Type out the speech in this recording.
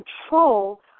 control